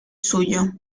suyo